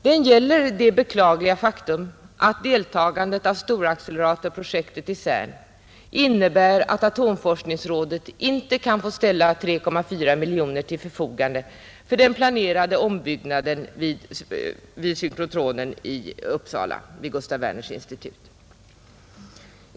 Den gäller det beklagliga faktum att deltagandet i storacceleratorprojektet i CERN innebär att atomforskningsrådet inte kan ställa 3,4 miljoner kronor till förfogande för den planerade ombyggnaden vid synkrocyklotronen vid Gustaf Wernerinstitutet i Uppsala.